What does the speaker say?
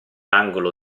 angolo